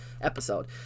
episode